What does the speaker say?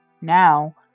Now